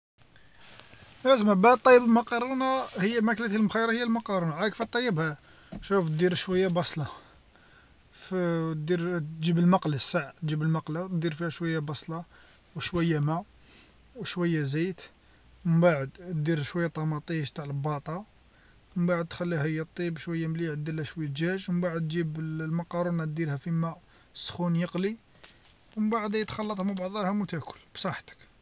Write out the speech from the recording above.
أسمع باه طيب المكرونة هي ماكلة المخيرة هي المقرونة عارف كفاه طيبها، شوف دير شوية بصلة، ف- دير تجيب المقلة ساع تجيب المقلة دير فيها شوية بصلة وشوية ما وشوية زيت. ومن بعد دير شوية طماطيش تاع الباطا، من بعد تخليها هي طيب شوية مليح دلها شوية دجاج ومن بعد جيب المقرونة ديرها فلما سخون يقلي. ومن بعدها تخلطهم مع بعضهم وتاكل بصحتك.